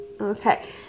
okay